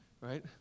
Right